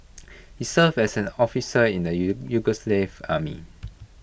he serve as an officer in the you Yugoslav army